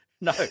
No